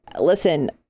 listen